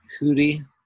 Hootie